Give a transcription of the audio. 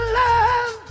love